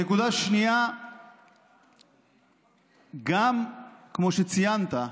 נקודה שנייה, גם, כמו שציינת,